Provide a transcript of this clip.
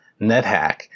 NetHack